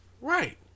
right